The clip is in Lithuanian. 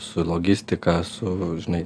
su logistika su žinai